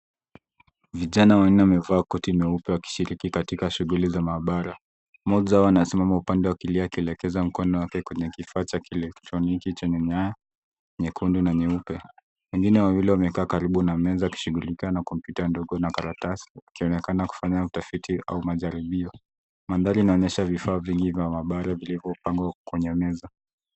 Vijana wanne wamevaa koti meupe wakishiriki katika shughuli za maabara. Mmoja wao anasimama upande wa kulia akielekeza mkono wake kwenye kifaa cha kielektroniki chenye ng'aa nyekundu na nyeupe. Wengine wawili wamekaa karibu na meza wakishughulika na kompyuta ndogo na karatasi, wakionekana kufanya utafiti au majaribio. Mandhari inaonyesha vifaa vingi vya mabaara vilivyopangwa kwenye meza.